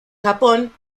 japón